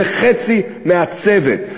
זה חצי מהצוות,